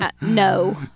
No